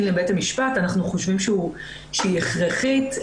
לבית המשפט אנחנו חושבים שהיא הכרחית.